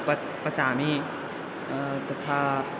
पत् पचामि तथा